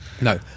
No